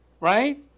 right